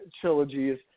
trilogies